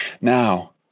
Now